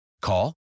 Call